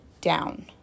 down